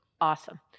awesome